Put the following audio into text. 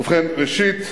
ראשית,